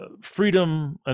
freedom